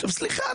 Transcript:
סליחה,